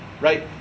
Right